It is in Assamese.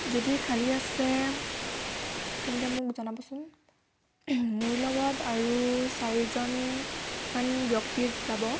যদি খালী আছে তেন্তে মোক জনাবচোন মোৰ লগত আৰু চাৰিজনমান ব্যক্তি যাব